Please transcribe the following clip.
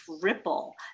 ripple